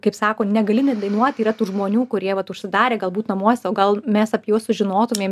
kaip sako negali nedainuot yra tų žmonių kurie vat užsidarę galbūt namuose o gal mes apie juos sužinotumėm